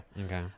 okay